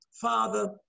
Father